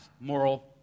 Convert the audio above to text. moral